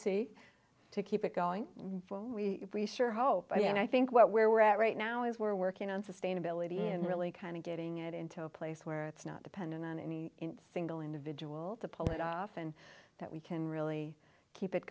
vibrancy to keep it going well we sure hope i think what where we're at right now is we're working on sustainability and really kind of getting it into a place where it's not dependent on any single individual to pull it off and that we can really keep it